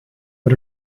but